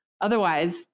otherwise